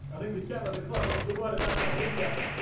i think the chairman of the club wants a word about that window.